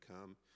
come